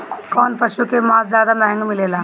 कौन पशु के मांस ज्यादा महंगा मिलेला?